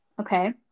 okay